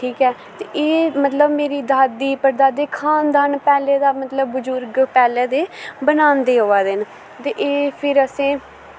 ठीक ऐ एह् मतलव मरी दादी पड़दादी खान दान पैह्ले दा बजुर्ग पैह्ले दे बनांदे अवा दे न ते एह् फिर असें